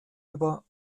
über